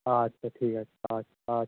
আচ্ছা ঠিক আছে আচ্ছা আচ্ছা